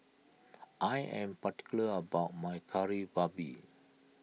I am particular about my Kari Babi